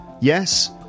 Yes